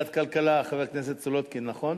ועדת כלכלה, חברת הכנסת סולודקין, נכון?